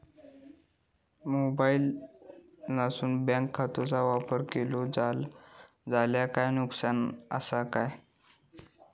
मोबाईलातसून बँक खात्याचो वापर केलो जाल्या काय नुकसान असा काय?